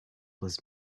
was